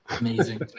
Amazing